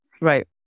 right